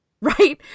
right